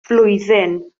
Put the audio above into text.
flwyddyn